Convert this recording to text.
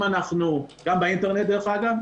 גם באינטרנט, דרך אגב.